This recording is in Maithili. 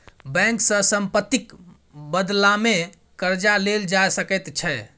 बैंक सँ सम्पत्तिक बदलामे कर्जा लेल जा सकैत छै